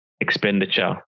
expenditure